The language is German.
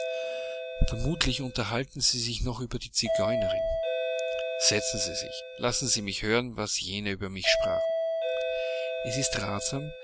salontreiben vermutlich unterhalten sie sich noch über die zigeunerin setzen sie sich lassen sie mich hören was jene über mich sprachen es ist